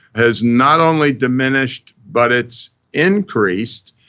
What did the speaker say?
has not only diminished, but it's increased.